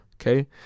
Okay